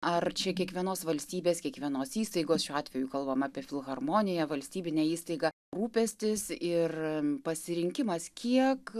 ar čia kiekvienos valstybės kiekvienos įstaigos šiuo atveju kalbama apie filharmoniją valstybinę įstaigą rūpestis ir pasirinkimas kiek